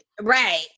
Right